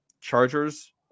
Chargers